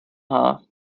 haar